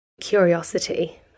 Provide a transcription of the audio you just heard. Curiosity